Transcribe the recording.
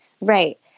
Right